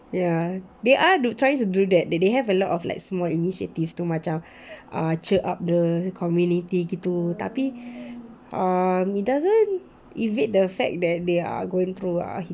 ya they are do trying to do that they have a lot of small initiative to macam err cheer up the community gitu um it doesn't evade the fact that they're going through a difficult time lah